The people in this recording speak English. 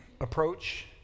approach